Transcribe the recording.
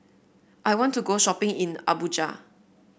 I want to go shopping in Abuja